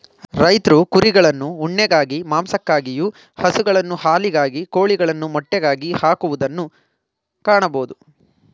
ರೈತ್ರು ಕುರಿಗಳನ್ನು ಉಣ್ಣೆಗಾಗಿ, ಮಾಂಸಕ್ಕಾಗಿಯು, ಹಸುಗಳನ್ನು ಹಾಲಿಗಾಗಿ, ಕೋಳಿಗಳನ್ನು ಮೊಟ್ಟೆಗಾಗಿ ಹಾಕುವುದನ್ನು ಕಾಣಬೋದು